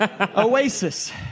Oasis